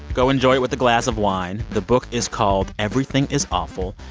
go enjoy it with a glass of wine. the book is called, everything is awful.